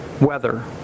weather